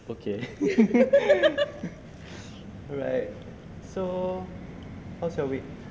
okay alright so how's your week